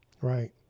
Right